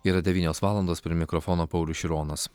yra devynios valandos prie mikrofono paulius šironas